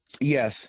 Yes